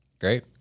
Great